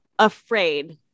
afraid